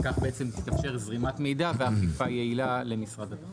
כך תתאפשר זרימת מידע ואכיפה יעילה של משרד התחבורה.